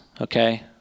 Okay